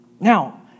Now